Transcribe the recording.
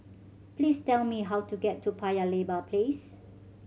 please tell me how to get to Paya Lebar Place